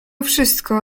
wszystko